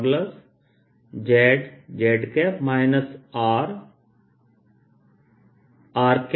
z z R r